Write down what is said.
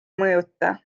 mõjuta